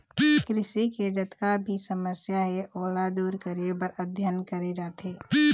कृषि के जतका भी समस्या हे ओला दूर करे बर अध्ययन करे जाथे